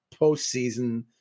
postseason